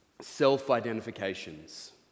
self-identifications